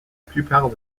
plupart